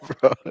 bro